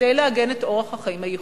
כדי לעגן את אורח החיים הייחודי.